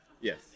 Yes